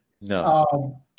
no